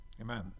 Amen